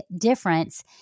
difference